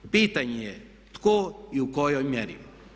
Pitanje je tko i u kojoj mjeri.